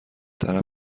طرف